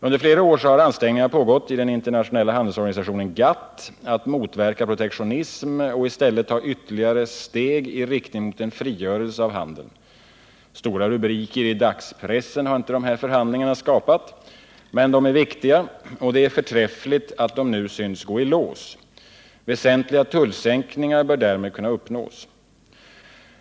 Under flera år har ansträngningar pågått i den internationella handelsorganisationen GATT att motverka protektionism och i stället ta ytterligare steg i riktning mot en frigörelse av handeln. Stora rubriker i dagspressen har inte de här förhandlingarna skapat, men de är viktiga och det är förträffligt att de nu synes gå i lås. Väsentliga tullsänkningar bör därmed kunna uppnås.